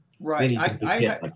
Right